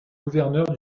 gouverneur